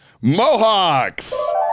Mohawks